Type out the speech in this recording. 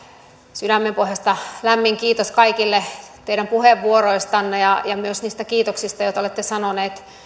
sydämen pohjasta lämmin kiitos kaikille teidän puheenvuoroistanne ja ja myös niistä kiitoksista joita olette sanoneet